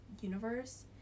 universe